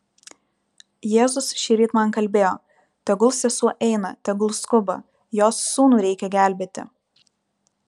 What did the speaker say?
jėzus šįryt man kalbėjo tegul sesuo eina tegul skuba jos sūnų reikia gelbėti